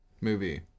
Movie